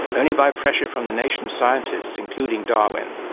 only by pressure from the nation's scientists, including darwin,